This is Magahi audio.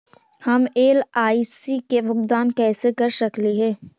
हम एल.आई.सी के भुगतान कैसे कर सकली हे?